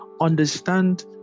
understand